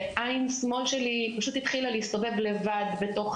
ועין שמאל שלי פשוט התחילה להסתובב לבד בתוך